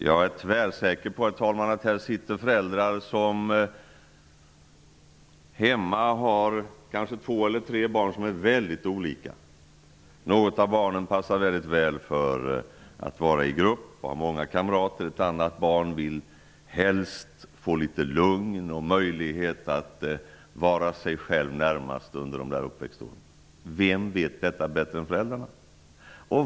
Jag är tvärsäker på, herr talman, att det sitter föräldrar här med två eller tre barn hemma som är väldigt olika. Något av barnen passar väldigt väl för att vara i grupp och har många kamrater. Ett annat barn vill helst få litet lugn och möjlighet att vara sig själv närmast under uppväxtåren. Vem vet detta bättre än föräldrarna?